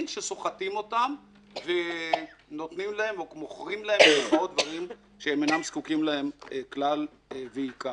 שסוחטים אותם ומוכרים להם דברים שהם אינם זקוקים להם כלל ועיקר.